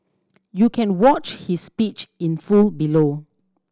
you can watch his speech in full below